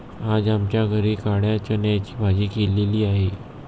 आज आमच्या घरी काळ्या चण्याची भाजी केलेली आहे